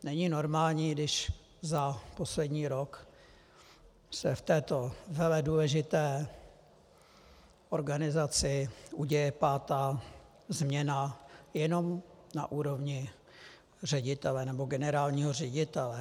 Není normální, když za poslední rok se v této veledůležité organizaci děje pátá změna jenom na úrovni ředitele nebo generálního ředitele.